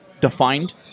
defined